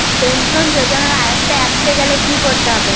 Pension যজোনার আওতায় আসতে গেলে কি করতে হবে?